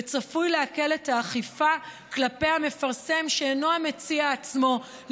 וצפוי להקל את האכיפה כלפי המפרסם שאינו המציע עצמו,